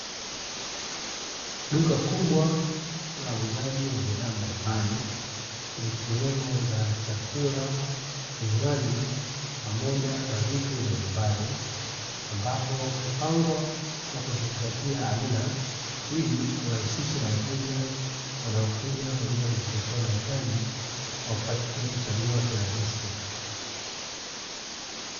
Duka kubwa la uuzaji wa bidhaa mbalimbali, zikiwemo za chakula, vinywaji pamoja na vitu vya nyumbani; ambapo hupangwa kwa kuzingatia aina ili kurahisisha wateja wanaokuja kwa ajili ya kujipatia mahitaji wapate kuchagua kirahisi.